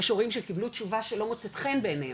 יש הורים שקיבלנו תשובה שלא מוצאת חן בעיניהם,